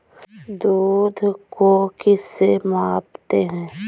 दूध को किस से मापते हैं?